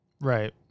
Right